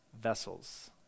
vessels